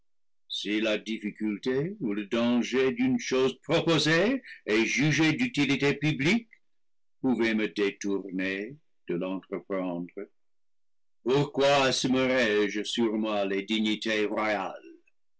si la difficulté ou le danger d'une chose proposée et jugée d'u tilité publique pouvait me détourner de l'entreprendre pour quoi assumerais jesur moi les dignités royales